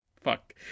Fuck